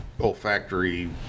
olfactory